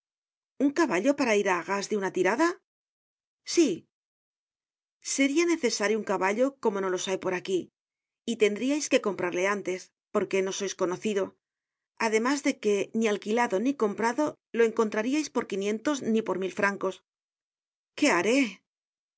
un caballo para ir á arras de una tirada sí seria necesario un caballo como no los hay por aquí y tendriais que comprarle antes porque no sois conocido además de que ni alquilado ni comprado le encontrariais por quinientos ni por mil francos qué haré